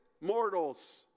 mortals